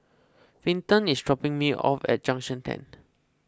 Vinton is dropping me off at Junction ten